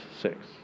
six